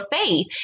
faith